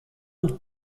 und